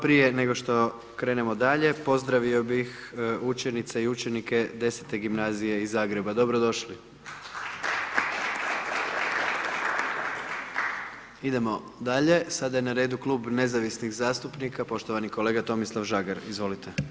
Prije nego što krenemo dalje, pozdravi bi učenice i učenike 10. gimnazije iz Zagreba dobrodošli. … Idemo dalje, sada je na redu Klub Nezavisnih zastupnika poštovani kolega Tomislav Žagar, izvolite.